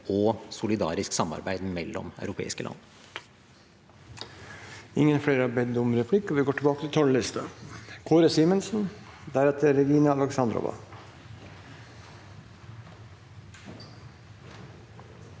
og solidarisk samarbeid mellom europeiske land.